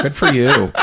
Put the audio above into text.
but for you. ah